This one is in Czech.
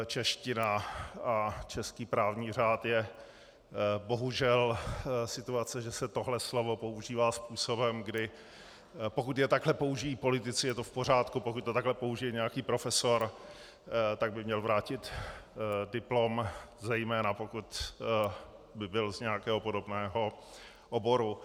Čeština a český právní řád je bohužel v situaci, že se tohle slovo používá způsobem, kdy pokud je takhle použijí politici, je to v pořádku, pokud to takhle použije nějaký profesor, tak by měl vrátit diplom, zejména pokud by byl z nějakého podobného oboru.